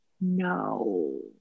no